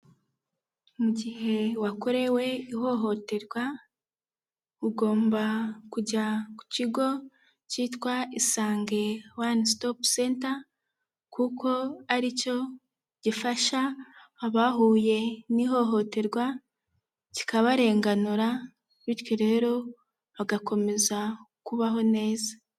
Mu gihe wakorewe ihohoterwa, ugomba kujya ku kigo cyitwa Isange One Stop Centre kuko ari cyo gifasha abahuye n'ihohoterwa, kikabarenganura, bityo rero bagakomeza kubaho neza.